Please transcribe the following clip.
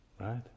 Right